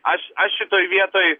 aš aš šitoj vietoj